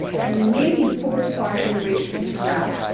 and and maybe four to five generations from now,